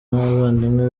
n’abavandimwe